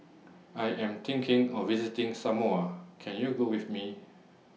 I Am thinking of visiting Samoa Can YOU Go with Me